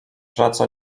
praca